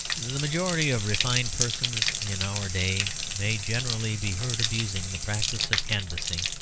the majority of refined persons in our day may generally be heard abusing the practice of canvassing.